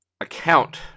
account